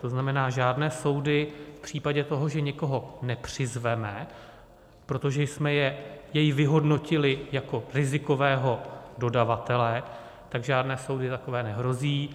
To znamená žádné soudy v případě toho, že někoho nepřizveme, protože jsme jej vyhodnotili jako rizikového dodavatele, tak žádné soudy takové nehrozí.